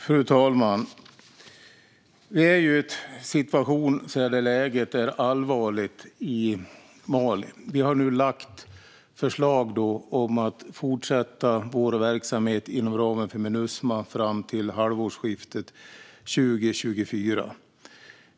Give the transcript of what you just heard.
Fru talman! Vi har en situation med ett allvarligt läge i Mali. Vi har nu lagt fram förslag om att fortsätta vår verksamhet inom ramen för Minusma fram till halvårsskiftet 2024.